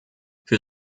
für